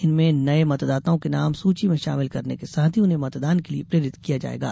इनमें नये मतदाताओं के नाम सूची में शामिल करने के साथ ही उन्हें मतदान के लिये प्रेरित किये जायेंगे